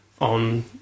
on